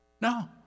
No